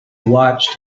watched